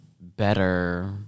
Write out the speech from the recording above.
better